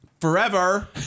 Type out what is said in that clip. forever